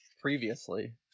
previously